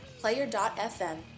Player.fm